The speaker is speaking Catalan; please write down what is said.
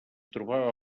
trobava